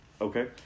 Okay